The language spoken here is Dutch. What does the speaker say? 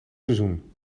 seizoen